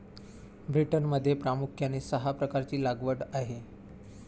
ब्रिटनमध्ये प्रामुख्याने सहा प्रकारची लागवड आहे